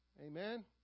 amen